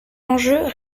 l’enjeu